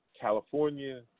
California